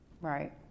Right